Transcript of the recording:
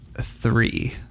three